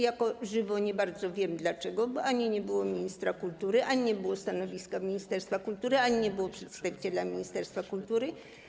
Jako żywo nie bardzo wiem dlaczego, ani nie było ministra kultury, ani nie było stanowiska ministerstwa kultury, ani nie było przedstawiciela ministerstwa kultury.